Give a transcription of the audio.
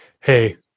hey